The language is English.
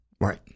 Right